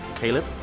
Caleb